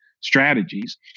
strategies